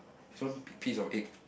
it's one p~ piece of egg